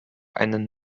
einen